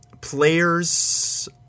players